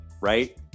Right